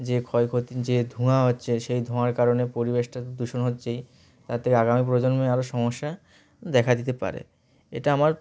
যে ক্ষয়ক্ষতি যে ধোঁয়া হচ্ছে সেই ধোঁয়ার কারণে পরিবেশটা দূষণ হচ্ছে তার থেকে আগামী প্রজন্মে আরও সমস্যা দেখা দিতে পারে এটা আমার